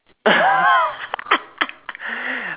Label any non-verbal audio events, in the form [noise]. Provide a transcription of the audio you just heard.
[laughs]